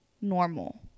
normal